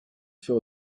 fell